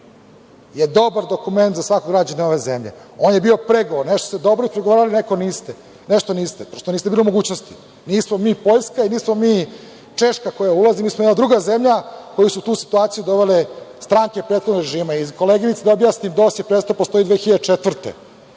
SSP je dobar dokument za svakog građanina ove zemlje. On je bio pregovor, nešto ste dobro ispregovarali, nešto niste, pošto niste bili u mogućnosti. Nismo mi Poljska, nismo mi Češka koja ulazi, mi smo jedna druga zemlja koju su u tu situaciju dovele stranke prethodnog režima. Koleginici da objasnim, DOS je prestao da postoji 2004.